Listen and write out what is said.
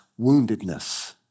woundedness